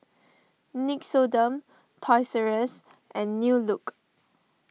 Nixoderm Toys R U S and New Look